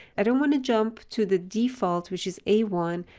i don't want to jump to the default, which is a one,